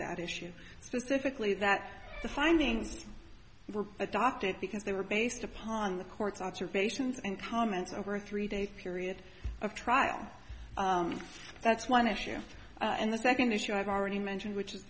that issue specifically that the findings were adopted because they were based upon the court's observations and comments over a three day period of trial that's one issue and the second issue i've already mentioned which is